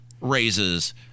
raises